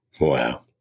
Wow